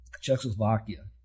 Czechoslovakia